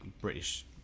British